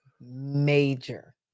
major